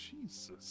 Jesus